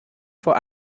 for